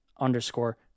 underscore